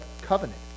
covenant